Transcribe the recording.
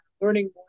Learning